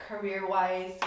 career-wise